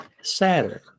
Saturn